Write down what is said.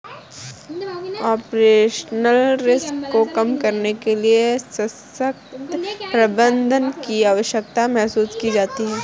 operational risk को कम करने के लिए सशक्त प्रबंधन की आवश्यकता महसूस की जाती है